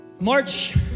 March